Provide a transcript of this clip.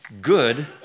good